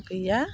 गैया